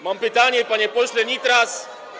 Mam pytanie, [[Poruszenie na sali]] panie pośle Nitras.